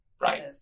right